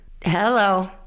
hello